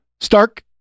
Stark